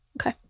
Okay